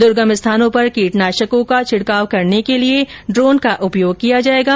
दुर्गम स्थानों पर कीटनाशकों को छिडकाव करने के लिए ड्रोन का उपयोग किया जाएगा